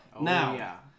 Now